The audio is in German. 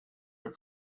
ihre